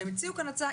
הם הציעו כאן הצעה.